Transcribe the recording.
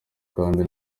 kandi